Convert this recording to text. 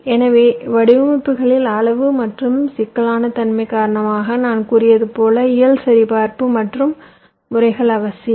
எனவே வடிவமைப்புகளின் அளவு மற்றும் சிக்கலான தன்மை காரணமாக நான் கூறியது போல் இயல் சரிபார்ப்பு மற்றும் முறைகள் அவசியம்